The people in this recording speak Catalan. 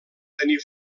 tenir